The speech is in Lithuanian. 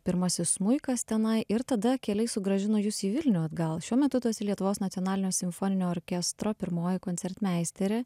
pirmasis smuikas tenai ir tada keliai sugrąžino jus į vilnių atgal šiuo metu tu esi lietuvos nacionalinio simfoninio orkestro pirmoji koncertmeisterė